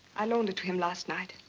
i loaned it to him last night.